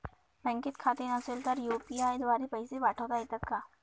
बँकेत खाते नसेल तर यू.पी.आय द्वारे पैसे पाठवता येतात का?